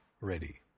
ready